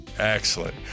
Excellent